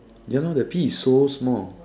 ya lah the P is so small